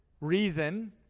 reason